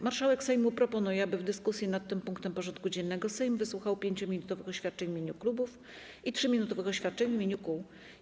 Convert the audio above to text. Marszałek Sejmu proponuje, aby w dyskusji nad tym punktem porządku dziennego Sejm wysłuchał 5-minutowych oświadczeń w imieniu klubów i 3-minutowych oświadczeń w imieniu kół.